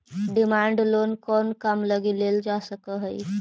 Demand loan कउन काम लगी लेल जा सकऽ हइ?